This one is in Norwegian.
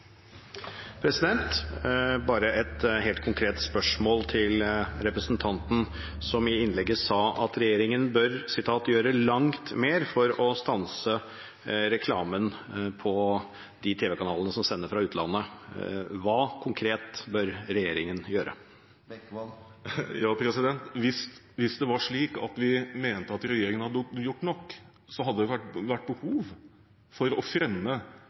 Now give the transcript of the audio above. Bare et helt konkret spørsmål til representanten, som i innlegget sa at regjeringen bør gjøre «langt mer» for å stanse reklamen på de tv-kanalene som sender fra utlandet. Hva konkret bør regjeringen gjøre? Hvis det var slik at vi mente regjeringen hadde gjort nok, hadde det ikke vært behov for å